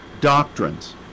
doctrines